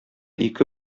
ике